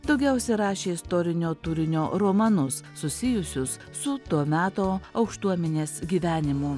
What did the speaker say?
daugiausia rašė istorinio turinio romanus susijusius su to meto aukštuomenės gyvenimu